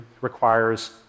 requires